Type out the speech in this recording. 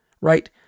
right